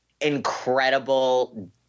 incredible